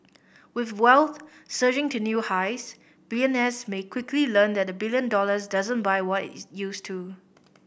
with wealth surging to new highs billionaires may quickly learn that a billion dollars doesn't buy what is used to